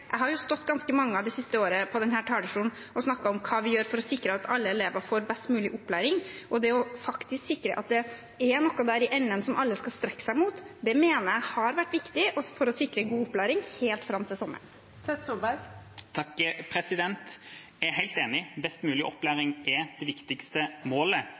Jeg har mange ganger de siste årene stått på denne talerstolen og snakket om hva vi gjør for å sikre at alle elever får best mulig opplæring, og det faktisk å sikre at det er noe der i enden som alle skal strekke seg mot, mener jeg har vært viktig for å sikre god opplæring helt fram til sommeren. Det blir oppfølgingsspørsmål – først Torstein Tvedt Solberg. Jeg er helt enig – best mulig opplæring er det viktigste målet.